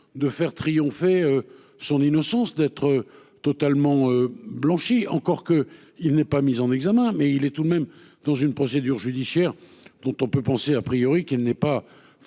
de faire triompher son innocence, d'être totalement blanchi. Bien qu'il ne soit pas encore mis en examen, il est tout de même dans une procédure judiciaire dont on peut penser qu'elle n'est pas